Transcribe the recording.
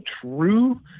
true